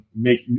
make